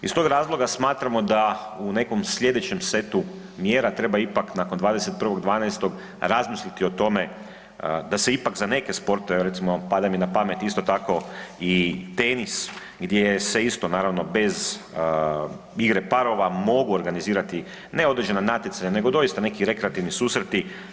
Iz tog razloga smatramo da u nekom sljedećem setu mjera treba ipak nakon 21. 12. razmisliti o tome da se ipak za neke sportove, recimo pada mi na pamet isto tako i tenis gdje se isto naravno bez igre parova mogu organizirati ne određena natjecanja, nego doista neki rekreativni susreti.